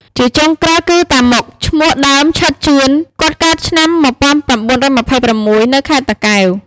ជាចុងក្រោយគឺ តាម៉ុក (ឈ្មោះដើម ឈិត ជឿន) គាត់កើតឆ្នាំ១៩២៦ នៅខេត្តតាកែវ ។